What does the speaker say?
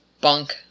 bunk